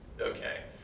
okay